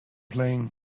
playing